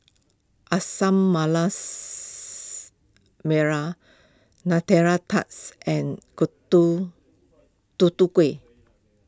Merah Nutella Tarts and Tutu Kueh